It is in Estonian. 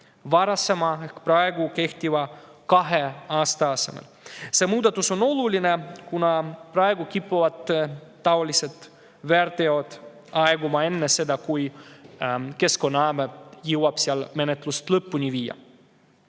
võrreldes praegu kehtiva kahe aastaga. See muudatus on oluline, kuna praegu kipuvad taolised väärteod aeguma enne, kui Keskkonnaamet jõuab menetluse lõpuni viia.